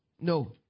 No